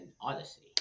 odyssey